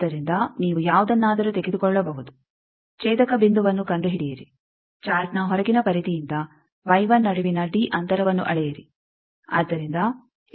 ಆದ್ದರಿಂದ ನೀವು ಯಾವುದನ್ನಾದರೂ ತೆಗೆದುಕೊಳ್ಳಬಹುದು ಛೇದಕ ಬಿಂದುವನ್ನು ಕಂಡುಹಿಡಿಯಿರಿ ಚಾರ್ಟ್ನ ಹೊರಗಿನ ಪರಿಧಿಯಿಂದ ನಡುವಿನ ಡಿ ಅಂತರವನ್ನು ಅಳೆಯಿರಿ